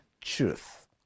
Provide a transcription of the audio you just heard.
truth